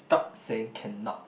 stop saying cannot